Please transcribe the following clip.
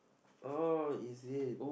oh is it